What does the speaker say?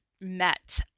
met